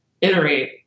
iterate